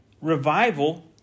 Revival